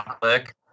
click